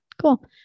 Cool